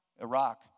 Iraq